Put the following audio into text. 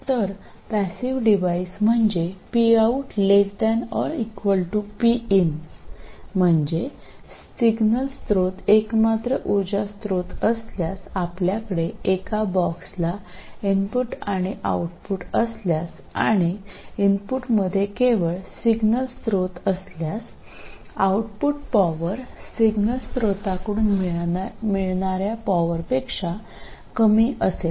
तर passive device म्हणजे Pout ≤ Pin म्हणजे सिग्नल स्त्रोत एकमात्र उर्जा स्रोत असल्यास आपल्याकडे एका बॉक्सला इनपुट आणि आउटपुट असल्यास आणि इनपुटमध्ये केवळ सिग्नल स्त्रोत असल्यास आउटपुट पॉवर सिग्नल स्त्रोताकडून मिळणाऱ्या पॉवरपेक्षा कमी असेल